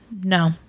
no